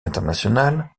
international